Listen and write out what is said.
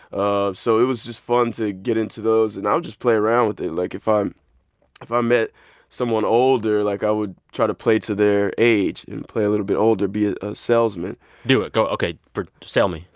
ah so it was just fun to get into those. and i'll just play around with it, like, if i'm if i met someone older, like, i would try to play to their age and play a little bit older, be ah a salesman do it. go ok. for sale me.